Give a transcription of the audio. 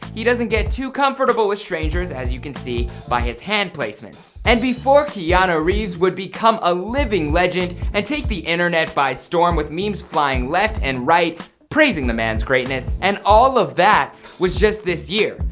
he doesn't get too comfortable with strangers as you can see by his hand placements. and before keanu reaves would become a living legend and take the internet by storm with memes flying left and right praising the man's greatness and all of that, was just this year!